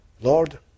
Lord